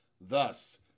Thus